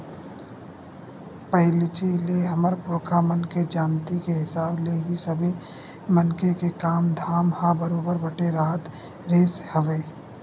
पहिलीच ले हमर पुरखा मन के जानती के हिसाब ले ही सबे मनखे के काम धाम ह बरोबर बटे राहत रिहिस हवय